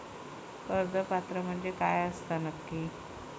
कर्ज पात्र म्हणजे काय असता नक्की?